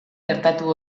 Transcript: gertatu